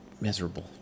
miserable